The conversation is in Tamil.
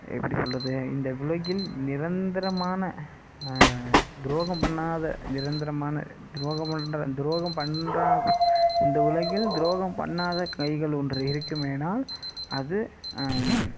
எப்படி சொல்வது இந்த உலகில் நிரந்தரமான துரோகம் பண்ணாத நிரந்தரமான துரோகம் பண்ணுற துரோகம் பண்ணுறான் இந்த உலகில் துரோகம் பண்ணாத கைகள் ஒன்று இருக்குமேயானால் அது